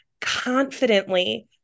confidently